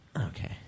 Okay